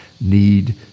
need